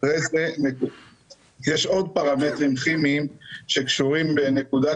בנוסף, יש גם נקודת